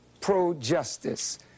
pro-justice